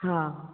हाँ